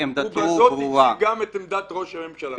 הוא הציג גם את עמדת ראש הממשלה?